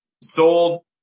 sold